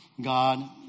God